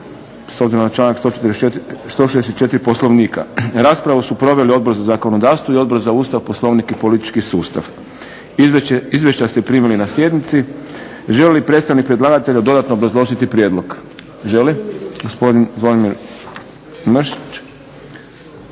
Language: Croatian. obzirom na članak 164. Poslovnika. Raspravu su proveli Odbor za zakonodavstvo i Odbor za Ustav, Poslovnik i politički sustav. Izvješća ste primili na sjednici. Želi li predstavnik predlagatelja dodatno obrazložiti prijedlog? Želi? Gospodin Zvonimir Mršić